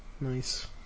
Nice